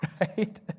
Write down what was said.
right